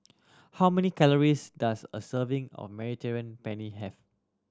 how many calories does a serving of Mediterranean Penne have